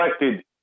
elected